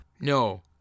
No